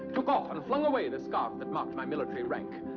took off and flung away the scarf that marked my military rank.